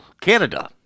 Canada